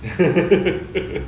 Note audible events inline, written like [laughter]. [laughs]